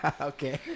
Okay